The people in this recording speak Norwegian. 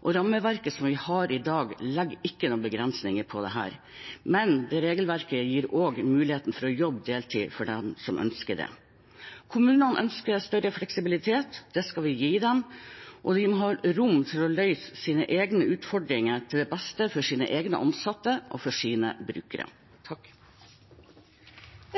og rammeverket vi har i dag, legger ikke noen begrensninger på dette. Men regelverket gir også muligheten for å jobbe deltid for dem som ønsker det. Kommunene ønsker større fleksibilitet. Det skal vi gi dem. De må ha rom for å løse sine egne utfordringer til det beste for sine egne ansatte og for sine brukere.